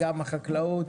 גם החקלאות